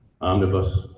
omnibus